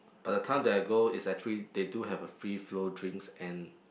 but the time that I go is actually they do have a free flow drinks and